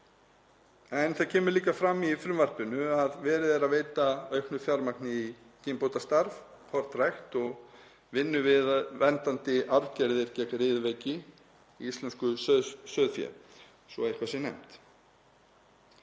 en það kemur líka fram í frumvarpinu að verið er að veita aukið fjármagn í kynbótastarf, kornrækt og vinnu við verndandi aðgerðir gegn riðuveiki í íslensku sauðfé svo eitthvað sé nefnt.